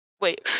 Wait